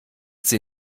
sie